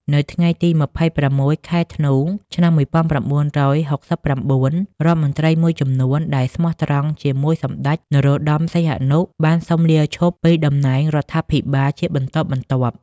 នៅថ្ងៃទី ២៦ ខែធ្នូ ឆ្នាំ ១៩៦៩ រដ្ឋមន្ត្រីមួយចំនួនដែលស្មោះត្រង់ជាមួយសម្ដេចនរោត្តម សីហនុ បានសុំលាឈប់ពីតំណែងរដ្ឋាភិបាលជាបន្តបន្ទាប់។